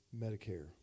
Medicare